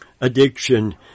Addiction